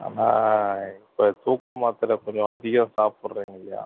ஆனால் இப்போ தூக்க மாத்திரை கொஞ்சம் அதிகம் சாப்பிடுறேங்கைய்யா